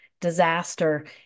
disaster